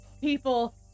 people